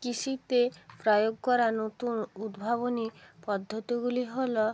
কৃষিতে প্রয়োগ করা নতুন উদ্ভাবনী পদ্ধতিগুলো হলো